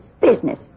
business